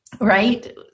Right